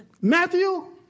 Matthew